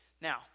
Now